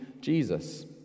Jesus